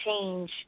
change